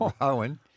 Owen